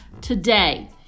Today